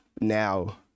now